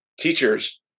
Teachers